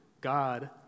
God